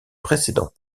précédent